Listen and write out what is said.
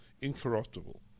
incorruptible